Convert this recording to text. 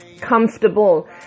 comfortable